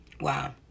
Wow